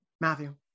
Matthew